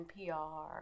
NPR